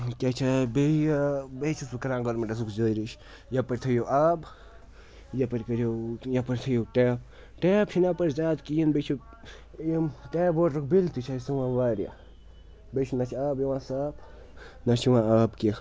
کیٛاہ چھے بیٚیہِ بیٚیہِ چھُس بہٕ کَران گورمٮ۪نٛٹَس گُزٲرِش یَپٲرۍ تھٲیِو آب یَپٲرۍ کٔرِو یَپٲرۍ تھٲیِو ٹیپ ٹیپ چھُنہٕ یَپٲرۍ زیادٕ کِہیٖنۍ بیٚیہِ چھِ یِم ٹیپ واٹرُک بِل تہِ چھِ اَسہِ یِوان واریاہ بیٚیہِ چھُنہٕ اَسہِ آب یِوان صاف نہ چھُ یِوان آب کیٚنٛہہ